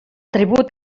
tribut